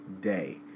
day